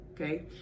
okay